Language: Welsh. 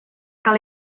gael